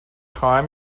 خواهم